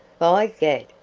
by gad!